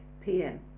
pm